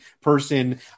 person